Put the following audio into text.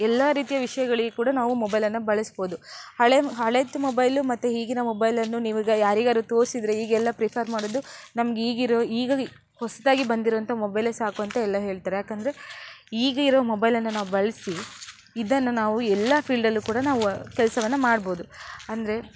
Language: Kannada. ಎಲ್ಲ ರೀತಿಯ ವಿಷ್ಯಗಳಿಗು ಕೂಡ ನಾವು ಮೊಬೈಲನ್ನು ಬಳಸ್ಬೋದು ಹಳೆಯ ಹಳೆದು ಮೊಬೈಲು ಮತ್ತು ಈಗಿನ ಮೊಬೈಲನ್ನು ನೀವೀಗ ಯಾರಿಗಾದ್ರು ತೋರಿಸಿದ್ರೆ ಈಗೆಲ್ಲ ಪ್ರಿಫರ್ ಮಾಡುವುದು ನಮ್ಗೆ ಈಗಿರೋ ಈಗ ಹೊಸದಾಗಿ ಬಂದಿರುವಂಥ ಮೊಬೈಲೇ ಸಾಕು ಅಂತ ಎಲ್ಲ ಹೇಳ್ತಾರೆ ಯಾಕೆಂದ್ರೆ ಈಗ ಇರೋ ಮೊಬೈಲನ್ನು ನಾವು ಬಳಸಿ ಇದನ್ನು ನಾವು ಎಲ್ಲ ಫೀಲ್ಡಲ್ಲು ಕೂಡ ನಾವು ಕೆಲ್ಸವನ್ನು ಮಾಡ್ಬೋದು ಅಂದರೆ